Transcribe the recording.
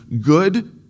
good